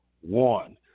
one